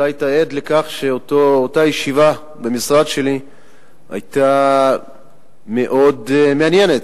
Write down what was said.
אתה היית עד לכך שאותה ישיבה במשרד שלי היתה מאוד מעניינת,